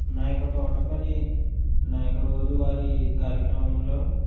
నా యొక్క తోట పని నా యొక్క రోజు వారి కార్యక్రమంలో